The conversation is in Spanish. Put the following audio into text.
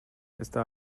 esta